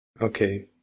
Okay